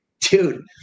dude –